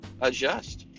adjust